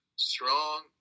Strong